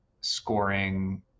scoring